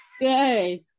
Good